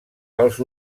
pels